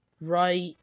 right